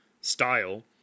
style